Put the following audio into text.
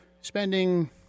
spending